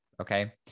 Okay